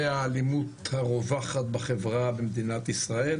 האלימות הרווחת בחברה במדינת ישראל,